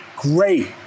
great